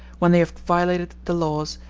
when they have violated the laws,